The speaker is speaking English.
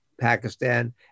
Pakistan